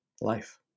life